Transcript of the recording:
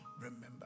remember